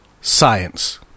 science